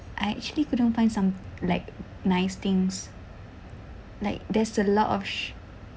I actually couldn't find some like nice things like there's a lot of